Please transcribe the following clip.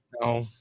No